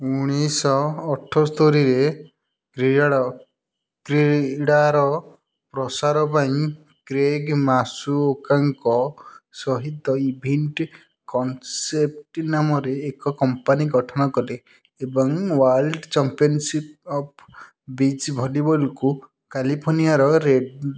ଉଣିଷ ଅଠସ୍ତରି ରେ କିଡ଼ାର କ୍ରୀଡ଼ାର ପ୍ରସାର ପାଇଁ କ୍ରେଗ ମାସୁଓକାଙ୍କ ସହିତ ଇଭେଣ୍ଟ କନ୍ସେପ୍ଟ ନାମରେ ଏକ କମ୍ପାନୀ ଗଠନ କଲେ ଏବଂ ୱାର୍ଲଡ଼୍ ଚମ୍ପିଅନସିପ୍ ଅଫ୍ ବିଚ୍ ଭଲିବଲକୁ କାଲିଫର୍ଣ୍ଣିଆରରେ